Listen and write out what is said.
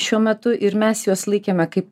šiuo metu ir mes juos laikėme kaip